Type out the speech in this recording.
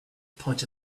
punch